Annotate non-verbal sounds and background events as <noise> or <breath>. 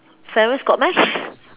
parents got meh <breath>